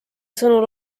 sõnul